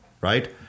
Right